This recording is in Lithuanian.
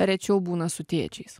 rečiau būna su tėčiais